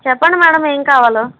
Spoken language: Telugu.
చెప్పండి మేడమ్ ఏం కావాలో